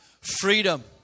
freedom